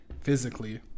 physically